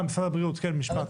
אה, משרד הבריאות, בבקשה.